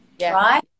right